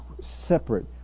separate